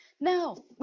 No